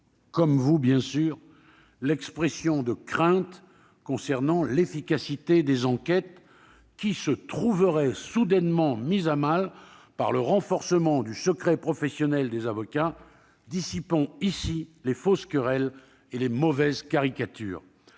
comme vous, les craintes concernant l'efficacité des enquêtes, qui se trouverait soudainement mise à mal par le renforcement du secret professionnel des avocats. Dissipons ici les fausses querelles et les mauvaises caricatures